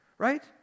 right